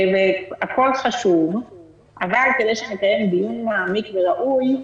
הכול חשוב אבל כדי שנקיים דיון מעמיק וראוי,